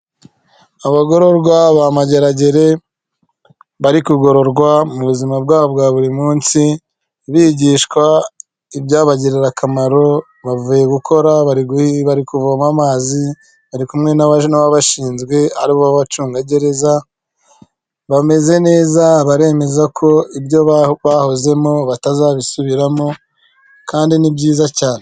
Abagororwa ba mageragere bari kugororwa mu buzima bwabo bwa buri munsi bigishwa ibyabagirira akamaro bavuye gukora bari kuvoma amazi bari kumwe n'ababashinzwe ari bo bacungagereza bameze neza baremeza ko ibyo bahozemo batazabisubiramo kandi ni byiza cyane .